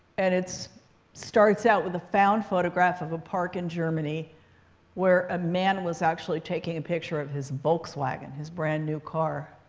and it starts out with a found photograph of a park in germany where a man was actually taking a picture of his volkswagen, his brand new car.